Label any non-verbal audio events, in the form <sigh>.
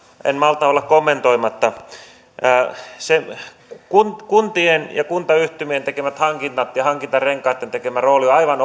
en malta olla kommentoimatta kuntien ja kuntayhtymien tekemät hankinnat ja hankintarenkaitten rooli ovat aivan <unintelligible>